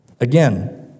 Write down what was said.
Again